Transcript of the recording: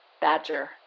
Badger